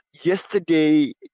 yesterday